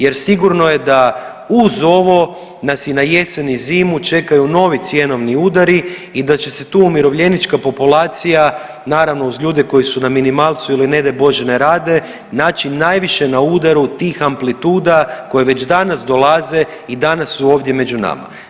Jer sigurno je da uz ovo nas na jesen i zimu čekaju novi cjenovni udari i da će se tu umirovljenička populacija naravno uz ljude koji su na minimalcu ili ne daj bože ne rade naći najviše na udaru tih amplituda koje već danas dolaze i danas su ovdje među nama.